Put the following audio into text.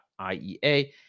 IEA